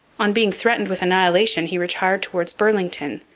on being threatened with annihilation he retired towards burlington,